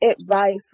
advice